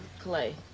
clay.